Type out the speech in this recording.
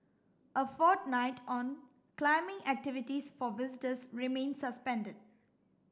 a fortnight on climbing activities for visitors remain suspended